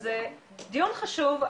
אז דיון חשוב,